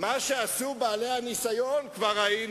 שלוש פעמים נקבו ברציפות בשמך,